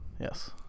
Yes